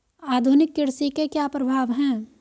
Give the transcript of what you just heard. आधुनिक कृषि के क्या प्रभाव हैं?